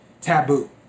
taboo